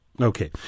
Okay